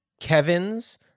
Kevin's